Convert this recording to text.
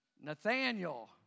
Nathaniel